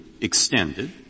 extended